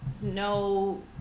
no